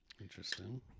Interesting